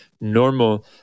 normal